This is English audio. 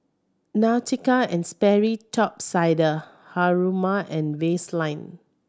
Nautica and Sperry Top Sider Haruma and Vaseline